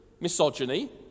misogyny